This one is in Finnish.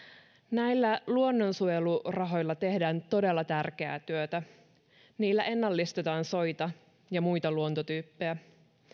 näillä luonnonsuojelurahoilla tehdään todella tärkeää työtä niillä ennallistetaan soita ja muita luontotyyppejä